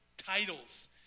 titles